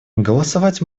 голосовать